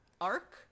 arc